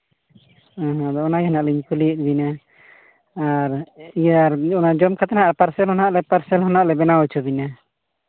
ᱟᱫᱚ ᱚᱱᱟᱜᱮ ᱱᱟᱜ ᱞᱤᱧ ᱠᱩᱞᱤᱭᱮᱜ ᱵᱤᱱᱟᱹ ᱟᱨ ᱤᱭᱟᱹ ᱚᱱᱟ ᱡᱚᱢ ᱠᱚᱫᱚ ᱦᱟᱸᱜ ᱯᱟᱨᱥᱮᱞ ᱦᱚᱸ ᱱᱟᱦᱟᱸᱜ ᱞᱮ ᱯᱟᱨᱥᱮᱞ ᱦᱚᱸ ᱦᱟᱸᱜ ᱞᱮ ᱵᱮᱱᱟᱣ ᱦᱚᱪᱚ ᱵᱤᱱᱟᱹ